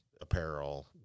apparel